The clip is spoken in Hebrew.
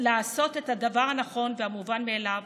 לעשות את הדבר הנכון והמובן מאליו